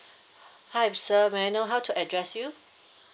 hi sir may I know how to address you